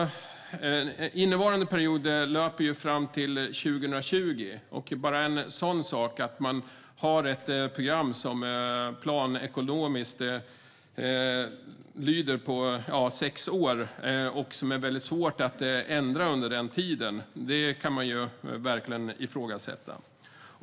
Innevarande period löper fram till 2020. Bara en sådan sak, att man har ett program som planekonomiskt omfattar sex år och som är väldigt svårt att ändra under den tiden, kan man verkligen ifrågasätta.